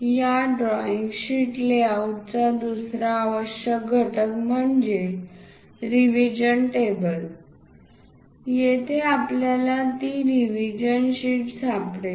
या drawing sheet लेआउटचा दुसरा आवश्यक घटक म्हणजे रिव्हिजन टेबल येथे आपल्याला ती रिव्हिजन शीट सापडेल